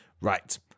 Right